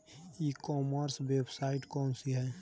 ई commerce website कौन सी है?